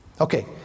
Okay